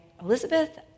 Elizabeth